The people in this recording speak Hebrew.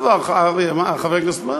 אין דבר, חבר הכנסת דרעי.